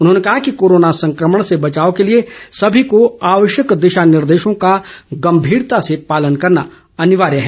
उन्होंने कहा कि कोरोना संक्रमण से बचाव के लिए सभी को आवश्यक दिशा निर्देशों का गंभीरता से पालन करना अनिवार्य है